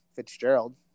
Fitzgerald